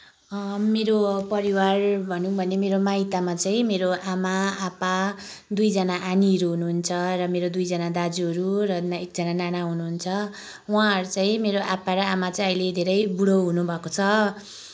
मेरो परिवार भनौँ भने मेरो माइतमा चाहिँ मेरो आमा आप्पा दुईजना आनीहरू हुनुहुन्छ र मेरो दुईजना दाजुहरू र एकजना नाना हुनुहुन्छ उहाँहरू चाहिँ मेरो आप्पा र आमा चाहिँ अहिले धेरै बुढो हुनुभएको छ